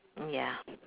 mm ya